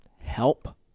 help